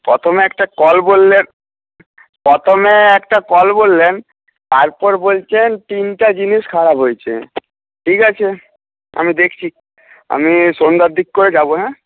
প্রথমে একটা কল বললেন প্রথমে একটা কল বললেন তারপর বলছেন তিনটা জিনিস খারাপ হয়েছে ঠিক আছে আমি দেখছি আমি সন্ধ্যার দিক করে যাব হ্যাঁ